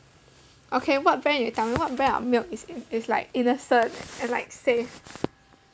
okay what brand you tell me what brand of milk is in is like innocent and like safe